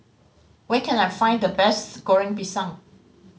where can I find the best Goreng Pisang